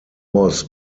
was